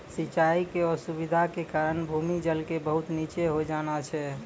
सिचाई के असुविधा के कारण भूमि जल के बहुत नीचॅ होय जाना छै